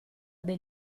del